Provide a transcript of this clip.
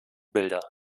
bilder